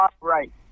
right